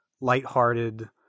lighthearted